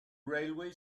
railway